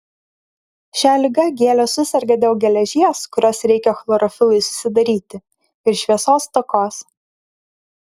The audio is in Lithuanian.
šia liga gėlės suserga dėl geležies kurios reikia chlorofilui susidaryti ir šviesos stokos